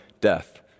death